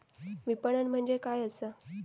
विपणन म्हणजे काय असा?